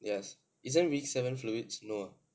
yes but isn't week seven fluids no ah